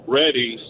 ready